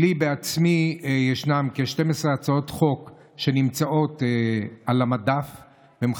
לי בעצמי יש כ-12 הצעות חוק שנמצאות על המדף ומחכות,